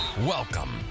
Welcome